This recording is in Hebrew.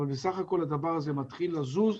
אבל בסך הכל זה מתחיל לזוז.